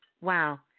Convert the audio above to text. Wow